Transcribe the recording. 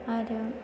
आरो